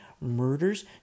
murders